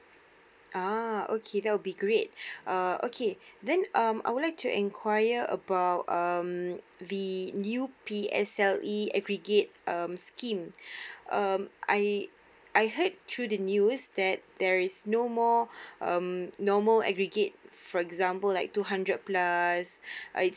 ah okay that will be great uh okay then um I would like to enquire about um the new P_S_L_E aggregate um scheme um I I heard through the news that there is no more um normal aggregate for example like two hundred plus